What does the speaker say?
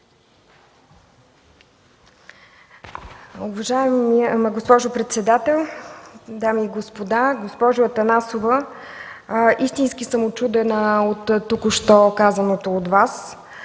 Уважаема госпожо председател, дами и господа! Госпожо Атанасова, истински съм учудена от току-що казаното от Вас.